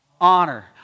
Honor